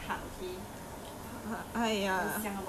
see I put you in my heart okay